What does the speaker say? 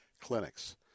clinics